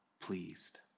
pleased